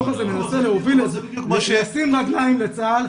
הדוח הזה מנסה להוביל לשים רגליים לצבא ההגנה לישראל